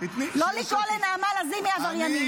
לא לקרוא לנעמה לזימי עבריינית.